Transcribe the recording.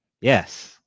Yes